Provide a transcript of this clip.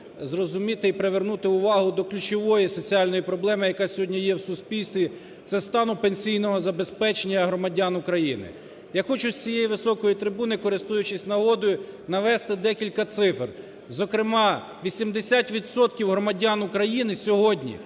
зрозуміти і привернути увагу до ключової соціальної проблеми, яка сьогодні є в суспільстві – це стану пенсійного забезпечення громадян України. Я хочу з цієї високої трибуни, користуючись нагодою, навести декілька цифр, зокрема, 80 відсотків громадян України сьогодні